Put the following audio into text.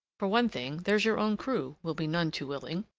for one thing, there's your own crew will be none too willing.